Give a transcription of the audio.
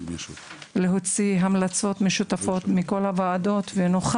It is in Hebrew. להוציא המלצות משותפות מכל הוועדות, ואתה,